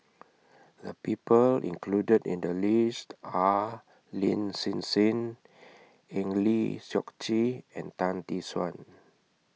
The People included in The list Are Lin Hsin Hsin Eng Lee Seok Chee and Tan Tee Suan